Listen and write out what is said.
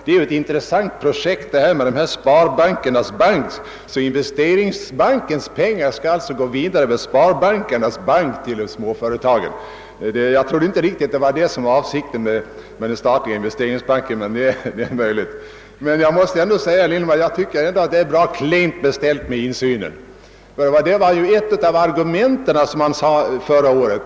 Detta med Sparbankernas bank är ett intressant projekt. Investeringsbankens pengar skall alltså slussas ut till företagen över Sparbankernas bank. Jag trodde inte att detta var avsikten med den statliga Investeringsbanken. Jag tycker emellertid, som jag sagt tidigare, att det är klent beställt med insynen. Denna insyn anfördes som ett av argumenten förra året.